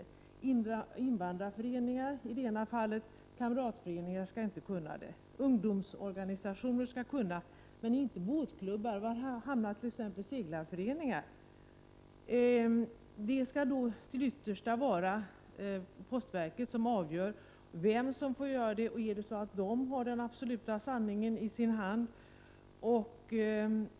Vad är det för skillnad på invandrarföreningar och kamratföreningar? De förra får skicka föreningsbrev, de senare inte. Ungdomsorganisationer skall kunna skicka föreningsbrev, men inte båtklubbar. Var hamnar t.ex. seglarföreningar? Ytterst avgörs detta av postverket, som tydligen har den absoluta sanningen i sin hand.